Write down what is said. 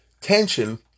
tension